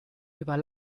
über